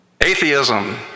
Atheism